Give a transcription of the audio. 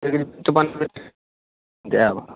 agreement बनबैलए जाएब